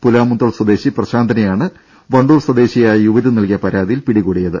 പുലാമന്തോൾ സ്വദേശി പ്രശാന്തിനെയാണ് വണ്ടൂർ സ്വദേശിയായ യുവതി നൽകിയ പരാതിയിൽ പിടികൂടിയത്